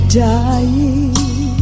dying